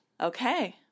Okay